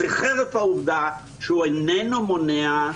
זה חרף העובדה שהוא איננו מונע,